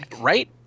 Right